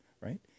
right